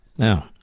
Now